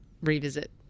revisit